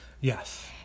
Yes